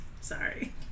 Sorry